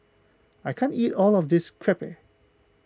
I can't eat all of this Crepe